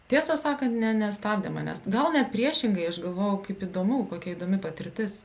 tiesą sakant ne nestabdė manęs gal net priešingai aš galvojau kaip įdomu kokia įdomi patirtis